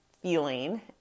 feeling